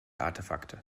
artefakte